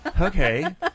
Okay